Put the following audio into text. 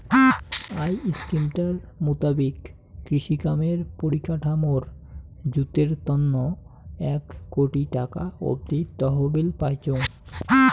I স্কিমটার মুতাবিক কৃষিকামের পরিকাঠামর জুতের তন্ন এক কোটি টাকা অব্দি তহবিল পাইচুঙ